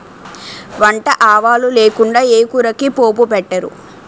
వంట ఆవాలు లేకుండా ఏ కూరకి పోపు పెట్టరు